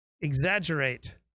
exaggerate